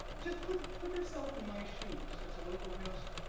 just put put yourself in my shoes as a local counselor,